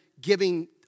giving